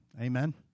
Amen